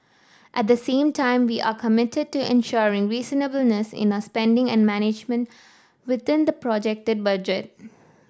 at the same time we are committed to ensuring reasonableness in our spending and management within the projected budget